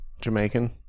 Jamaican